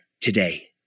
today